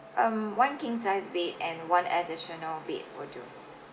um one king size bed and one additional bed will do